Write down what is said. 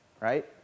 right